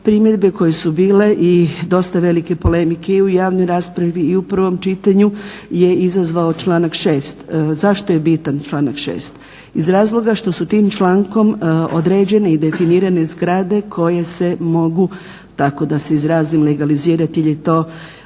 primjedbe koje su bile i dosta velike polemike i u javnoj raspravi i u prvom čitanju je izazvao članak 6. Zašto je bitan članak 6.? Iz razloga što su tim člankom određene i definirane zgrade koje se mogu, tako da se izrazim, legalizirati jer je